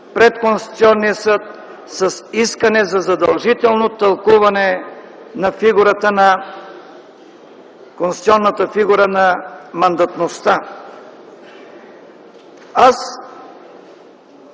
пред Конституционния съд, с искане за задължително тълкуване на конституционната фигура на мандатността. Аз